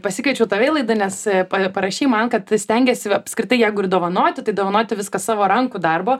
pasikviečiau tave į laidą nes parašei man kad stengiesi apskritai jeigu ir dovanoti tai dovanoti viską savo rankų darbo